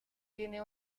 tiene